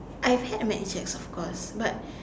I've had mad Jack's of course but